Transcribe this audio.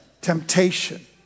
temptation